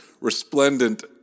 resplendent